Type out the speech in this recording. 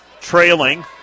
trailing